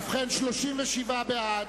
ובכן, 37 בעד,